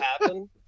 happen